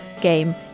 game